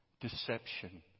Deception